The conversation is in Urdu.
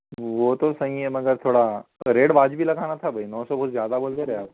وہ تو سہی ہے مگر تھوڑا ریٹ واجب ہی لگانا تھا بھائی نو سو بہت زیادہ بول دے رہے آپ